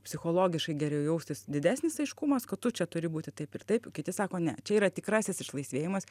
psichologiškai geriau jaustis didesnis aiškumas kad tu čia turi būti taip ir taip kiti sako ne čia yra tikrasis išlaisvėjimas